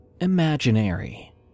Imaginary